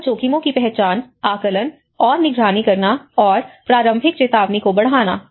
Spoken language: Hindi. आपदा जोखिमों की पहचान आकलन और निगरानी करना और प्रारंभिक चेतावनी को बढ़ाना